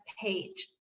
page